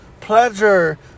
Pleasure